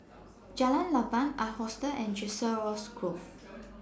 Jalan Lapang Ark Hostel and Chiselhurst Grove